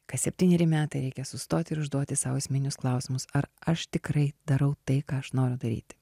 kas septyneri metai reikia sustot ir užduoti sau esminius klausimus ar aš tikrai darau tai ką aš noriu daryt